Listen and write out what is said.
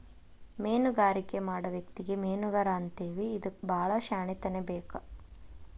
ಮೇನುಗಾರಿಕೆ ಮಾಡು ವ್ಯಕ್ತಿಗೆ ಮೇನುಗಾರಾ ಅಂತೇವಿ ಇದಕ್ಕು ಬಾಳ ಶ್ಯಾಣೆತನಾ ಬೇಕ